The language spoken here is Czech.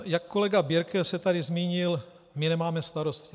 Jak kolega Birke se tady zmínil, my nemáme starosty.